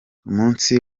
umunsi